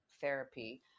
therapy